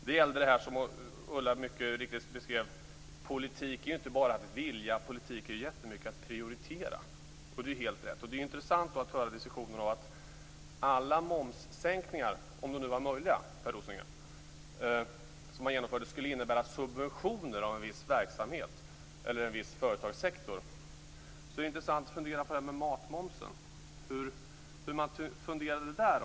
Ulla sade att politik, mycket riktigt, inte bara är att vilja. Det handlar mycket om att prioritera. Det är helt rätt. Det är intressant att höra diskussionen om att alla momssänkningar - om de nu var möjliga, Per Rosengren! - som man genomförde skulle innebära subventioner av en viss verksamhet eller en viss företagssektor. Då är det intressant att fundera över matmomsen. Hur funderar man när det gäller den?